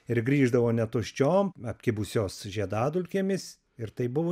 ir grįždavo netuščiom apkibusios žiedadulkėmis ir tai buvo